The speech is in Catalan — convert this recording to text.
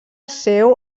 seu